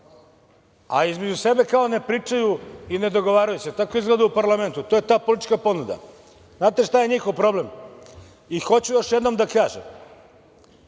A, između sebe kao ne pričaju i ne dogovaraju se tako izgleda u parlamentu, to je ta politička ponuda. Znate šta je njihov problem?18/3 VS/JGHoću još jednom da kažem